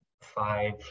five